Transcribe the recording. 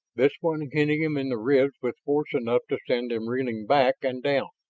this one hitting him in the ribs with force enough to send him reeling back and down.